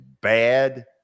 bad